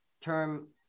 term